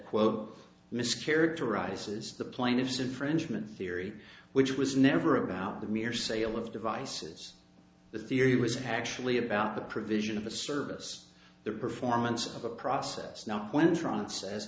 quote miss characterizes the plaintiffs infringement theory which was never about the mere sale of devices the theory was actually about the provision of a service the performance of a process no